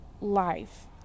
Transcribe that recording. life